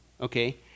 okay